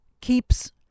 keeps